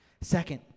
Second